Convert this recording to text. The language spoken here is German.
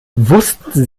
wussten